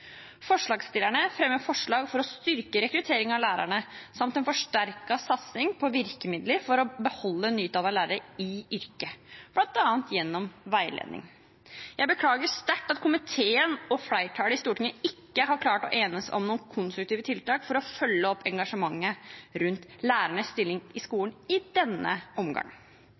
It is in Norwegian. Forslagsstillerne fremmer forslag om å styrke rekrutteringen av lærere samt en forsterket satsing på virkemidler for å beholde nyutdannede lærere i yrket, bl.a. gjennom veiledning. Jeg beklager sterkt at komiteen og flertallet i Stortinget ikke har klart å enes om noen konstruktive tiltak for å følge opp engasjementet rundt lærernes stilling i skolen i denne